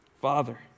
Father